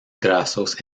grasos